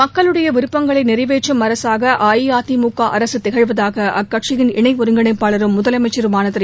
மக்களுடைய விருப்பங்களை நிறைவேற்றும் அரசாக அஇஅதிமுக அரசு திகழ்வதாக அக்கட்சியின் இணை ஒருங்கிணைப்பாளரும் முதலமைச்சருமான திரு